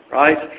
right